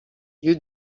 you